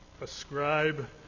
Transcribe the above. ascribe